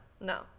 no